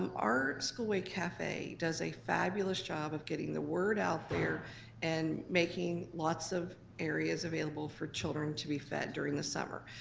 our school way cafe does a fabulous job of getting the word out there and making lots of areas available for children to be fed during the summer.